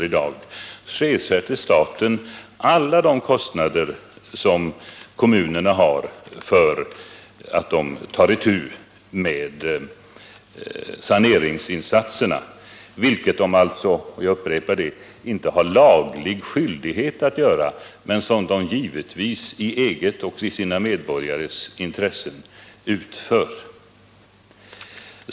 i fråga om saneringsinsatser får kommunerna ersättning för i dag. Jag upprepar att kommunerna alltså inte har laglig skyldighet att göra saneringsinsatser, men de vidtar givetvis åtgärder i sitt eget och medborgarnas intresse.